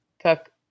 cook